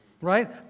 right